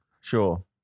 sure